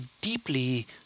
deeply